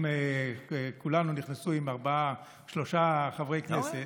אם כולנו נכנסו עם שלושה חברי כנסת,